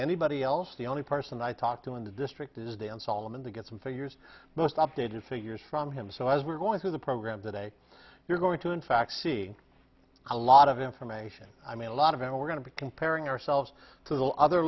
anybody else the only person i talked to in the district is dan sullivan to get some figures most updated figures from him so as we're going through the program today you're going to in fact see a lot of information i mean a lot of and we're going to be comparing ourselves to the other